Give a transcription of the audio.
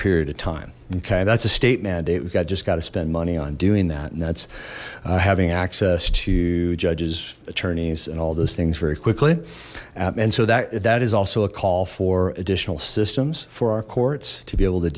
period of time okay that's a state mandate we've got just got to spend money on doing that and that's having access to judges attorneys and all those things very quickly and so that that is also a call for additional systems for our courts to be able to